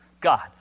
God